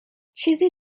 چیزی